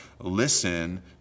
listen